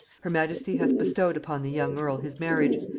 her majesty hath bestowed upon the young earl his marriage,